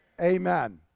Amen